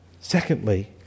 Secondly